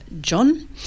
John